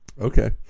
Okay